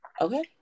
Okay